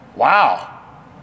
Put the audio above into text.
wow